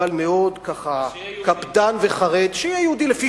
אבל מאוד ככה, אבל שיהיה יהודי.